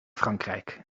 frankrijk